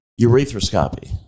urethroscopy